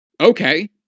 Okay